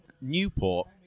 Newport